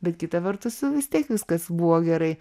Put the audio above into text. bet kita vertus vis tiek viskas buvo gerai